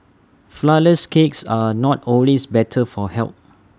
Flourless Cakes are not always better for health